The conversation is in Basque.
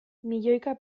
milioika